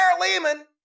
Lehman